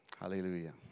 Hallelujah